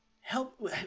help